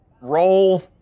Roll